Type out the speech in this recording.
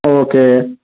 okay